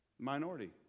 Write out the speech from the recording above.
minority